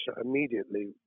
immediately